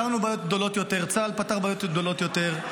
צה"ל פתר בעיות יותר,